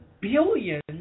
billions